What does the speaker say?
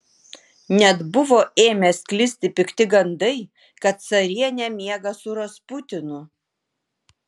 net buvo ėmę sklisti pikti gandai kad carienė miega su rasputinu